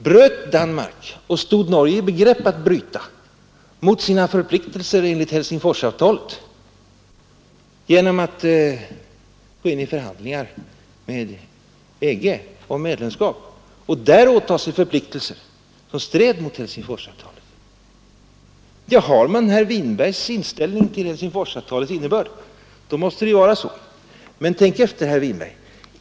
Bröt Danmark och stod Norge i begrepp att bryta mot sina förpliktelser enligt Helsingforsavtalet genom att gå in i förhandlingarna med EG om medlemskap och där åta sig förpliktelser som stred mot Helsingforsavtalet? Ja, har man herr Winbergs inställning till Helsingforsavtalets innebörd så måste det ju vara så. Men tänk efter, herr Winberg!